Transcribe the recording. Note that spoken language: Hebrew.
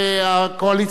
והקואליציה לא רוצה.